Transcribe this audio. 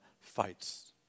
fights